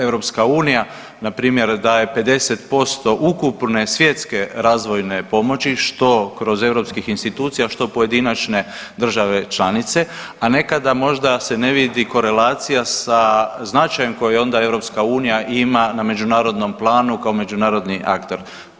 EU npr. daje 50% ukupne svjetske razvojne pomoći što kroz europskih institucija, što pojedinačne države članice, a nekada možda se ne vidi korelacija sa značajem koji onda EU ima na međunarodnom planu kao međunarodni akter.